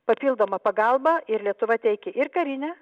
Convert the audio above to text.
papildomą pagalbą ir lietuva teikia ir karinę